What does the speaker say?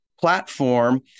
platform